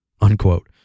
Unquote